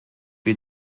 wir